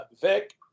Vic